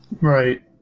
Right